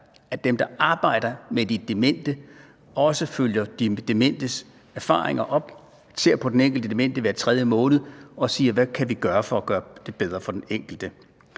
at dem, der arbejder med de demente, også følger de dementes erfaringer op, ser på den enkelte demente hver tredje måned og spørger, hvad de kan gøre for at gøre det bedre for den enkelte.